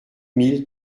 mille